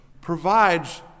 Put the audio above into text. provides